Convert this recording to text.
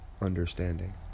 understanding